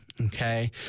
Okay